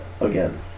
again